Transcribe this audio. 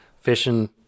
fishing